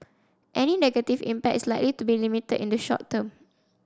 any negative impact is likely to be limited in the short term